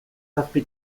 zazpi